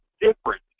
different